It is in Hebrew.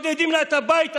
שודדים לה את הבית הזה,